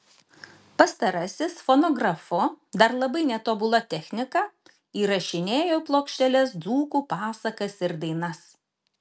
pastarasis fonografu dar labai netobula technika įrašinėjo į plokšteles dzūkų pasakas ir dainas